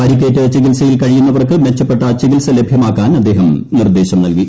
പരിക്കേറ്റ് ചികിത്സയിൽ കഴിയുന്നവർക്ക് മെച്ചപ്പെട്ട ചികിത്സ ലഭ്യമാക്കാൻ അദ്ദേഹം നിർദ്ദേശം നൽകി